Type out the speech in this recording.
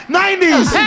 90s